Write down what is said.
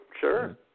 Sure